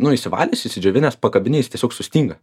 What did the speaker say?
nu išsivalęs išsidžiovinęs pakabini jis tiesiog sustinga